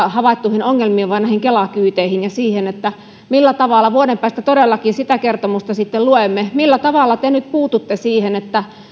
havaittuihin ongelmiin vaan näihin kela kyyteihin ja siihen millä tavalla vuoden päästä todellakin sitä kertomusta sitten luemme millä tavalla te nyt puututte siihen että